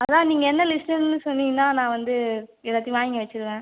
அதுதான் நீங்கள் என்ன லிஸ்ட்டுன்னு சொன்னீங்கன்னால் நான் வந்து எல்லாத்தையும் வாங்கி வெச்சுடுவேன்